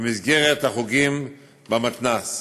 במסגרת החוגים במתנ"ס.